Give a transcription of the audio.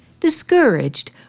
Discouraged